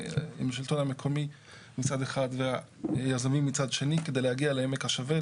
עם השלטון המקומי מצד אחד והיזמים מצד שני כדי להגיע לעמק השווה.